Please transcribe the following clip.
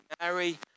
Mary